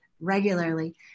regularly